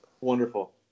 Wonderful